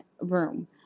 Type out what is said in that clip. room